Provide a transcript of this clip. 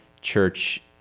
Church